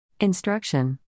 Instruction